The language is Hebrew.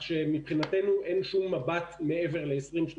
מבחינתנו אין שום מבט ל-2050.